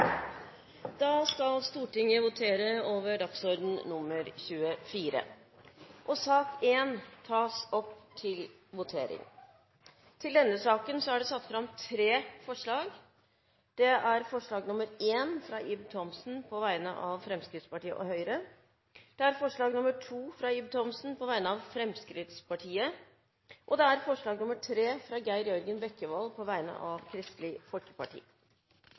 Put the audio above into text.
Da skal Stortinget votere over sakene på dagens kart. Under debatten er det satt fram i alt tre forslag. Det er forslag nr. 1, fra Ib Thomsen på vegne av Fremskrittspartiet og Høyre forslag nr. 2, fra Ib Thomsen på vegne av Fremskrittspartiet forslag nr. 3, fra Geir Jørgen Bekkevold på vegne av Kristelig Folkeparti